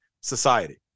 society